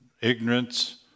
ignorance